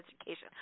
education